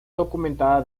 documentada